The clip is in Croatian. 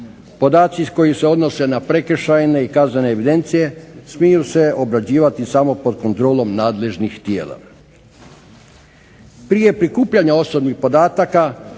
podaci koji se odnose na prekršajne i kaznene evidencije smiju se obrađivati samo pod kontrolom nadležnih tijela. Prije prikupljanja osobnih podataka